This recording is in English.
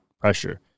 pressure